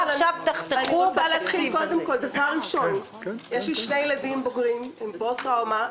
יש לי שני ילדים בוגרים עם פוסט טראומה.